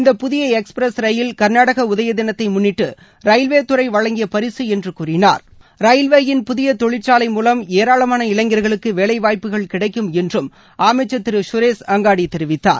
இந்த புதிய எக்ஸ்பிரஸ் ரயில் கர்நாடக உதயதினத்தை முன்னிட்டு ரயில்வே துறை வழங்கிய பரிசு என்று கூறினார் ரயில்வேயின் புதிய தொழிற்சாலை மூவம் ஏராளமான இளைஞர்களுக்கு வேவைய்ப்புக்கள் கிடைக்கும் என்றும் அமைச்சர் திரு சுரேஷ் அங்காடி தெரிவித்தார்